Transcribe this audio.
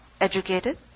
educated